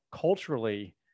culturally